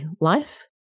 life